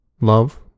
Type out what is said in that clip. love